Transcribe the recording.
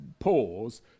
Pause